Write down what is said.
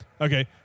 Okay